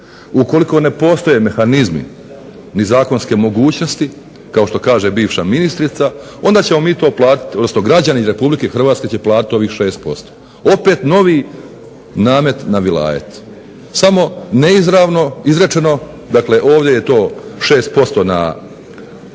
Ukoliko ne postoje mehanizmi ni zakonske mogućnosti kao što kaže bivša ministrica onda ćemo mi to platiti, odnosno građani Republike Hrvatske će platiti ovih 6%. Opet novi namet na vilajet, samo neizravno izrečeno dakle ovdje je to 6% na